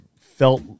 felt